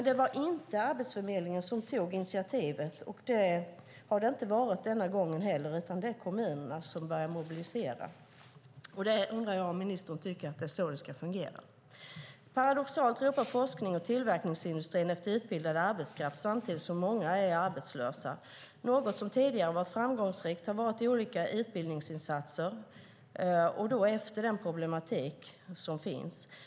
Det var inte Arbetsförmedlingen som tog initiativet, och det har det inte varit denna gång heller, utan det är kommunerna som mobiliserar. Jag undrar om ministern tycker att det är så det ska fungera. Paradoxalt nog ropar forsknings och tillverkningsindustrin efter utbildad arbetskraft samtidigt som många är arbetslösa. Något som tidigare har varit framgångsrikt har varit olika utbildningsinsatser baserade på de problem som finns.